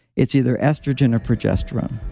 it's either estrogen or progesterone.